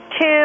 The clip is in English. two